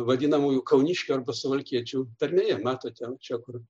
vadinamųjų kauniškių arba suvalkiečių tarmėje matote čia kur